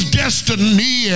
destiny